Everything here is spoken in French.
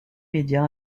médias